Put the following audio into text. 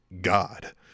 God